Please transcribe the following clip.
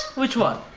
which one?